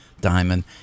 diamond